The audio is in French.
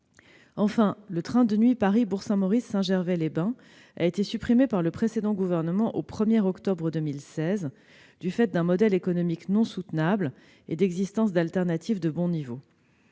Quant au train de nuit Paris-Bourg-Saint-Maurice-Saint-Gervais-les-Bains, il a été supprimé par le précédent gouvernement, au 1 octobre 2016, du fait d'un modèle économique non soutenable et de l'existence d'alternatives de bon niveau.